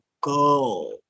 go